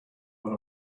when